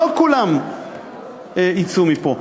לא כולם יצאו מפה,